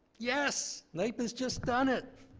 yes. naep has just done it.